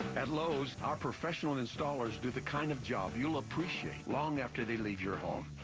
at lowe's, our professional and installers do the kind of job you'll appreciate long after they leave your home.